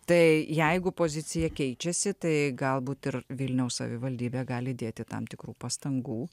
tai jeigu pozicija keičiasi tai galbūt ir vilniaus savivaldybė gali dėti tam tikrų pastangų